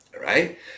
Right